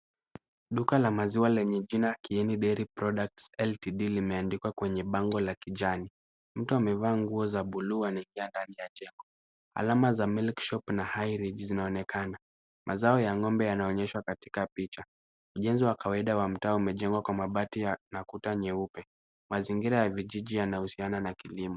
Duka la maziwa lenyeb jina Kieni Dairy Products Ltd limeandikwa kwenye bango la kijani. Mtu amevaa buluu anaingia ndani ya jengo. Alama za milk shop na Highridge zinaonekana. Mazao ya ng'ombe yanaonyeshwa katika picha. Ujenzi wa kawaida wa mtaa umejengwa kwa mabati na kuta nyeupe. Mazingira ya kijiji yanahusiana na kilimo.